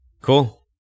Cool